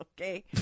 Okay